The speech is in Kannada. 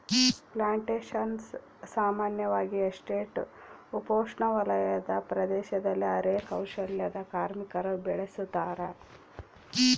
ಪ್ಲಾಂಟೇಶನ್ಸ ಸಾಮಾನ್ಯವಾಗಿ ಎಸ್ಟೇಟ್ ಉಪೋಷ್ಣವಲಯದ ಪ್ರದೇಶದಲ್ಲಿ ಅರೆ ಕೌಶಲ್ಯದ ಕಾರ್ಮಿಕರು ಬೆಳುಸತಾರ